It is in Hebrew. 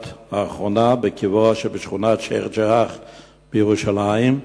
האחרונה בקברו שבשכונת שיח'-ג'ראח בירושלים,